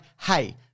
hey